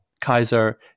Kaiser